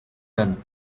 done